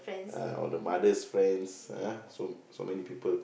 uh all the mother's friends ah so so many people